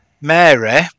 Mary